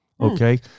Okay